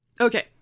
Okay